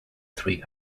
three